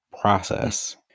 process